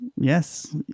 Yes